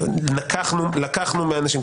לקחנו מאנשים.